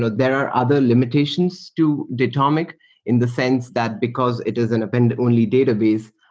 there are other limitations to datomic in the sense that because it is an append-only database,